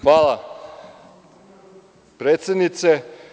Hvala predsednice.